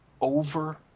over